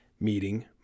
meeting